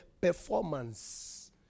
performance